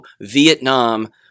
Vietnam